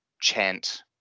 chant